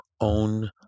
own